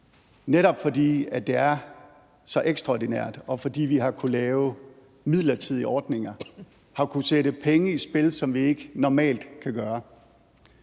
netop fordi det er så ekstraordinært, og fordi vi har kunnet lave midlertidige ordninger, har kunnet sætte penge i spil, som vi ikke normalt ville